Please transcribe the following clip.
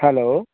hello